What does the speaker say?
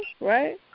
right